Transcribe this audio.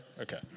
Okay